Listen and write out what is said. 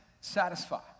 satisfy